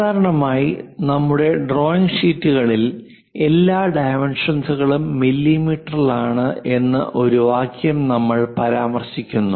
സാധാരണയായി നമ്മുടെ ഡ്രോയിംഗ് ഷീറ്റുകളിൽ എല്ലാ ഡൈമെൻഷൻസ്കളും മില്ലീമീറ്ററിലാണ് എന്ന് ഒരു വാക്യം നമ്മൾ പരാമർശിക്കുന്നു